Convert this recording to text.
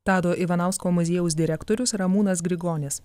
tado ivanausko muziejaus direktorius ramūnas grigonis